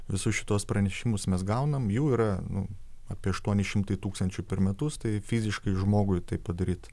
visus šituos pranešimus mes gaunam jų yra nu apie aštuoni šimtai tūkstančių per metus tai fiziškai žmogui tai padaryt